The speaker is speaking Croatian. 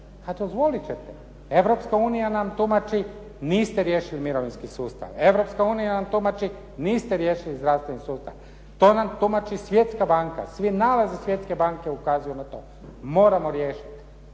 Pa dozvolit ćete, Europska unija nam tumači, niste riješili mirovinski sustav, Europska unija nam tumači niste riješili zdravstveni sustav, to nam tumači Svjetska banka. Svi nalazi Svjetske banke ukazuju na to, moramo riješiti.